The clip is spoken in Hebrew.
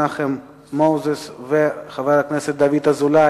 של חבר הכנסת מנחם מוזס וחבר הכנסת דוד אזולאי,